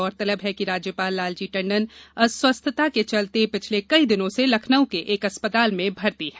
गौरतलब है कि राज्यपाल लालजी टंडन अस्वस्थता के चलते पिछले कई दिनों से लखनऊ के एक अस्पताल में भर्ती हैं